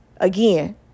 again